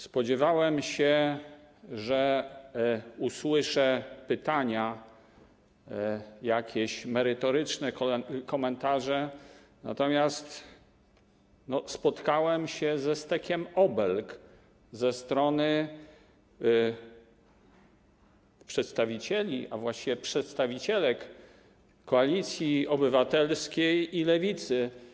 Spodziewałem się, że usłyszę pytania, jakieś merytoryczne komentarze, natomiast spotkałem się ze stekiem obelg ze strony przedstawicieli, a właściwie przedstawicielek Koalicji Obywatelskiej i Lewicy.